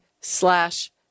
slash